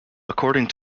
according